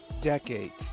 decades